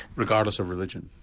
regardless of religion?